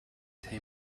they